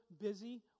busy